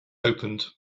opened